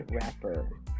rapper